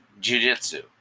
jujitsu